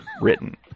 written